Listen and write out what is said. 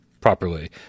properly